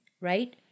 right